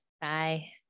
Bye